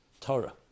Torah